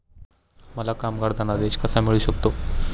मला कामगार धनादेश कसा मिळू शकतो?